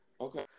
Okay